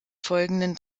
folgenden